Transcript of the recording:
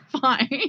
fine